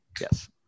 Yes